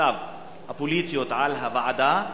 השקפותיו הפוליטיות על הוועדה?